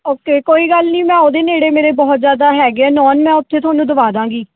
okay ਕੋਈ ਗੱਲ ਨਹੀਂ ਮੈਂ ਉਹਦੇ ਨੇੜੇ ਮੇਰੇ ਬਹੁਤ ਜ਼ਿਆਦਾ ਹੈਗੇ ਹੈ ਨੋਨ ਮੈਂ ਉਥੇ ਤੁਹਾਨੂੰ ਦਵਾ ਦੇਵਾਂਗੀ